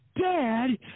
Dad